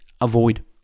avoid